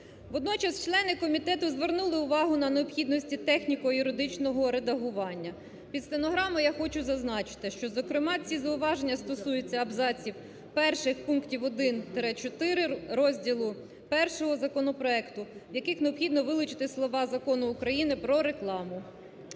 Водночас члени комітету звернули увагу на необхідності техніко-юридичного редагування. Під стенограму я хочу зазначити, що зокрема ці зауваження стосуються абзаців: перше, пунктів 1-4, розділу І законопроекту, в яких необхідно вилучити слова "Закону України "Про рекламу".